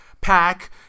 pack